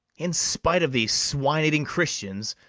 in spite of these swine-eating christians,